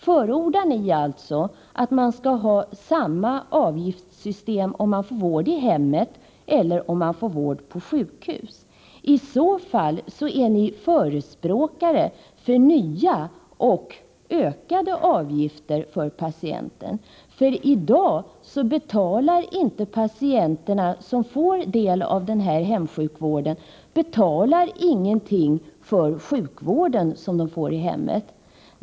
Förordar ni alltså samma avgiftssystem för vård i hemmet och vård på sjukhus? I så fall är ni förespråkare för nya och ökade avgifter för patienterna, för i dag betalar de patienter som får del av hemsjukvården inte någonting för denna.